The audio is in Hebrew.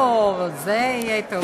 או, זה יהיה טוב.